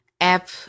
app